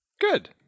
Good